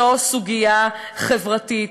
זו סוגיה חברתית,